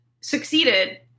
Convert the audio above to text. succeeded